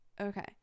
Okay